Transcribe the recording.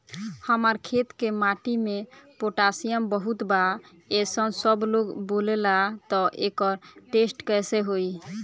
हमार खेत के माटी मे पोटासियम बहुत बा ऐसन सबलोग बोलेला त एकर टेस्ट कैसे होई?